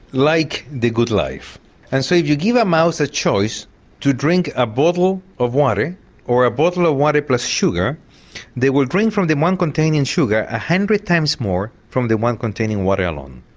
like the good life and so if you give a mouse a choice to drink a bottle of water or a bottle of water plus sugar they will drink from the one containing and sugar hundred times more from the one containing water alone.